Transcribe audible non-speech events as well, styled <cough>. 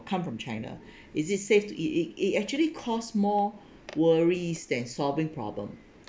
come from china <breath> is it safe to eat it it actually cause more worries than solving problem